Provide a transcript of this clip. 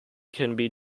can